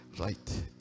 Right